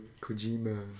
Kojima